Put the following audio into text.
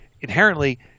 inherently